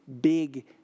big